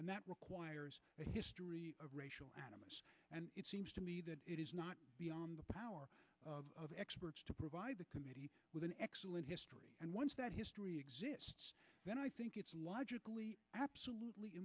and that requires a history of racial and it seems to me that it is not beyond the power of experts to provide the committee with an excellent history and once that history exists then i think it's logically absolutely